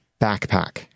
backpack